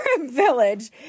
village